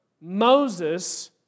Moses